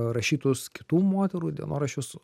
rašytus kitų moterų dienoraščius